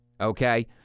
okay